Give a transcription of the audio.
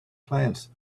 clients